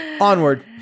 Onward